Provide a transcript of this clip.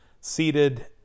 seated